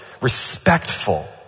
respectful